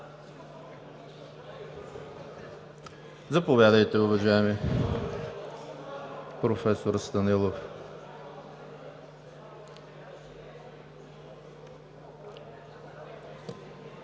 Заповядайте, уважаеми професор Станилов.